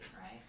right